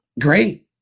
great